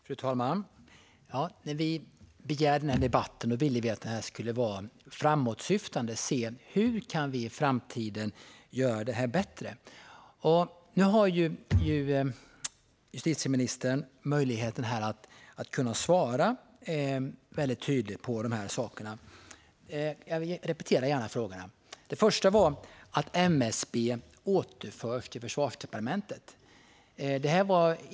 Fru talman! När vi begärde den här debatten ville vi att den skulle vara framåtsyftande, för att se hur det här kan göras på ett bättre sätt i framtiden. Nu har justitieministern möjligheten att svara tydligt på de här sakerna. Jag repeterar gärna frågorna. Den första frågan gällde att MSB ska återföras till Försvarsdepartementet.